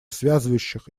связывающих